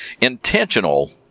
intentional